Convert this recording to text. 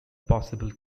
possible